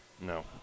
No